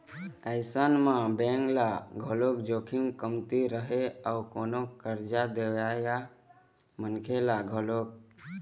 अइसन म बेंक ल घलोक जोखिम कमती रही अउ कोनो करजा देवइया मनखे ल घलोक